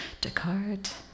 Descartes